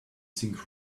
think